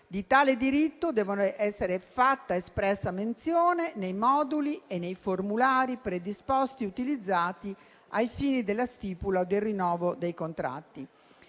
Di tale diritto deve essere fatta espressa menzione nei moduli e nei formulari predisposti e utilizzati ai fini della stipula o del rinnovo dei contratti.